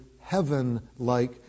heaven-like